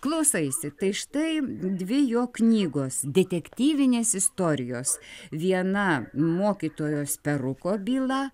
klausaisi tai štai dvi jo knygos detektyvinės istorijos viena mokytojos peruko byla